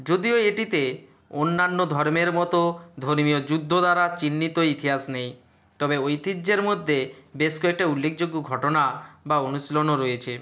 যদিও এটিতে অন্যান্য ধর্মের মতো ধর্মীয় যুদ্ধ দ্বারা চিহ্নিত ইতিহাস নেই তবে ঐতিহ্যের মধ্যে বেশ কয়েকটা উল্লেকযোগ্য ঘটনা বা অনুশীলনও রয়েছে